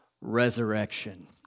resurrection